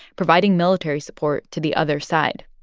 providing military support to the other side.